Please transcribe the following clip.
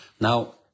Now